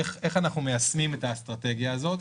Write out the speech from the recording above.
איך אנחנו מיישמים את האסטרטגיה הזאת.